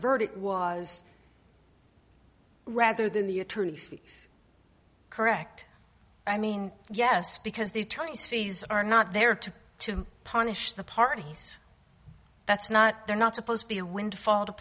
verdict was rather than the attorney's fees correct i mean yes because the attorney's fees are not there to to punish the parties that's not they're not supposed to be a windfall t